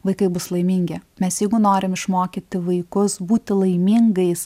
vaikai bus laimingi mes jeigu norim išmokyti vaikus būti laimingais